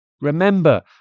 Remember